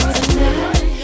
tonight